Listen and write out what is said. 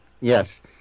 Yes